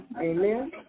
Amen